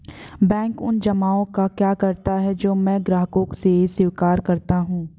Bank उन जमाव का क्या करता है जो मैं ग्राहकों से स्वीकार करता हूँ?